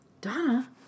Donna